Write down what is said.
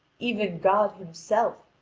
even god himself,